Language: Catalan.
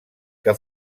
que